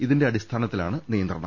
ഇതിന്റെ അടിസ്ഥാനത്തിലാണ് നിയന്ത്രണം